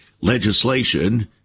Legislation